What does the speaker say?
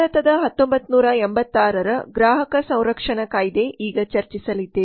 ಭಾರತದ 1986 ರ ಗ್ರಾಹಕ ಸಂರಕ್ಷಣಾ ಕಾಯ್ದೆ ಈಗ ಚರ್ಚಿಸಲಿದ್ದೇವೆ